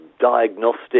diagnostic